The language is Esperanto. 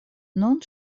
nun